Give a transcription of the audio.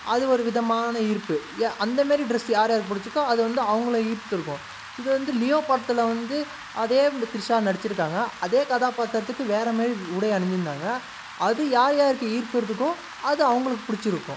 அது ஒரு விதமான ஈர்ப்பு எ அந்தமாரி ட்ரெஸ் யார் யாருக்கு பிடிச்சிருக்கோ அதை வந்து அவங்கள ஈர்த்திருக்கும் இது வந்து லியோ படத்தில் வந்து அதே வி த்ரிஷா நடிச்சிருக்காங்க அதே கதாப்பாத்திரத்துக்கு வேற மாரி உடை அணிஞ்சிருந்தாங்க அது யார் யாருக்கு ஈர்ப்பிருக்கோ அது அவங்களுக்கு பிடிச்சிருக்கும்